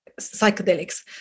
psychedelics